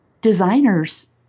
designers